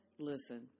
Listen